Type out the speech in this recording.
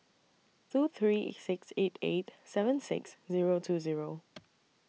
two three six eight eight seven six Zero two Zero